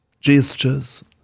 gestures